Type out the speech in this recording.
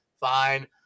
Fine